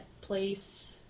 place